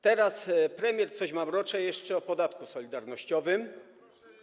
Teraz premier coś mamrocze jeszcze o podatku solidarnościowym.